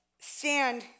stand